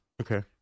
Okay